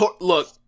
look